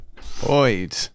Void